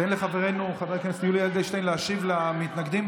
תן לחברנו חבר הכנסת יולי אדלשטיין להשיב למתנגדים,